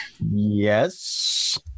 Yes